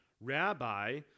Rabbi